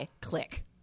click